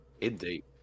Indeed